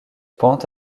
pente